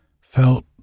felt